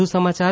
વધુ સમાચાર